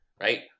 right